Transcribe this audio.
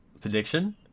prediction